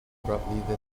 abruptly